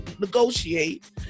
negotiate